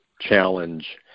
challenge